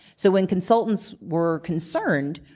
so when consultants were concerned,